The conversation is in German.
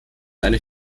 eine